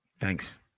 thanks